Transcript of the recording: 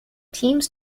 teams